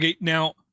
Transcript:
now